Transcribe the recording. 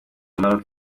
maroc